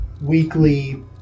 weekly